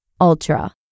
Ultra